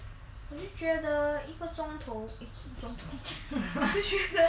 我就觉得一个钟头 eh 一个钟头 我是觉得